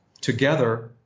together